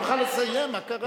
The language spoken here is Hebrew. לסיים, מה קרה?